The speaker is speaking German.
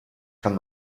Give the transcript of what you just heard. kann